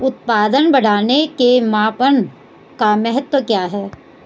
उत्पादन बढ़ाने के मापन का महत्व क्या है?